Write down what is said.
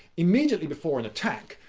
immediately before an attack,